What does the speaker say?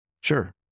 Sure